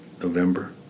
November